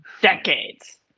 decades